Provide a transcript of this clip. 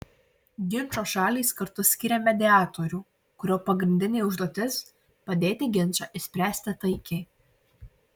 ginčo šalys kartu skiria mediatorių kurio pagrindinė užduotis padėti ginčą išspręsti taikiai